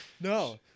no